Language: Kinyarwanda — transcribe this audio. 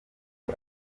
ari